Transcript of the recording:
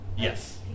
Yes